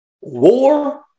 War